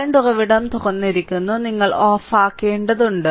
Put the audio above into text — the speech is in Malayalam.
കറന്റ് ഉറവിടം തുറന്നിരിക്കുന്നു നിങ്ങൾ ഓഫാക്കേണ്ടതുണ്ട്